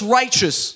righteous